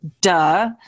duh